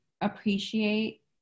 appreciate